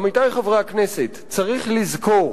עמיתי חברי הכנסת, צריך לזכור